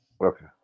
Okay